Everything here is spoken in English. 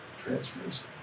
Transfers